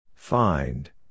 Find